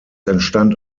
entstand